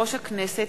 רבותי חברי הכנסת,